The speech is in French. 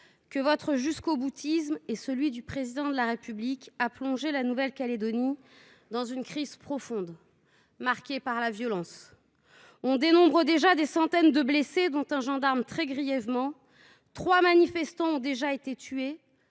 que votre jusqu’au boutisme ainsi que celui du Président de la République ont plongé la Nouvelle Calédonie dans une crise profonde, marquée par la violence ? On dénombre déjà des centaines de blessés, notamment un gendarme, très grièvement blessé. Trois manifestants ont déjà été tués.